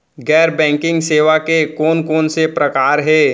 गैर बैंकिंग सेवा के कोन कोन से प्रकार हे?